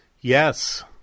Yes